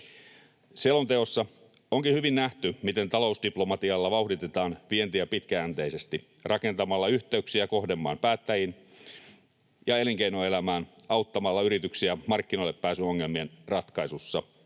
Selonteossa onkin hyvin nähty, miten talousdiplomatialla vauhditetaan vientiä pitkäjänteisesti rakentamalla yhteyksiä kohdemaan päättäjiin ja elinkeinoelämään auttamalla yrityksiä markkinoillepääsyn ongelmien ratkaisussa